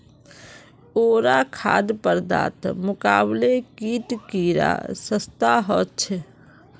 आरो खाद्य पदार्थेर मुकाबले कीट कीडा सस्ता ह छे